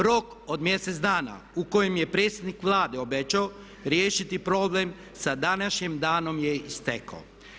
Rok od mjesec dana u kojem je predsjednik Vlade obećao riješiti problem sa današnjim danom je istekao.